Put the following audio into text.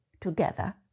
together